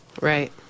Right